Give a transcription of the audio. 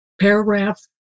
paragraph